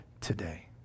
today